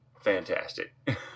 fantastic